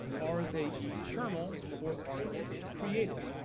are they eternal, or are they created?